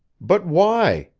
but, why?